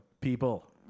people